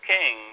King